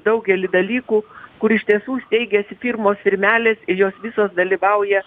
daugelį dalykų kur iš tiesų steigiasi firmos firmelės jos visos dalyvauja